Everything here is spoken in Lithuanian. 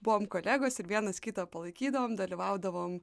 buvom kolegos ir vienas kitą palaikydavom dalyvaudavom